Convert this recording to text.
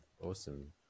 Awesome